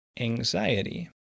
anxiety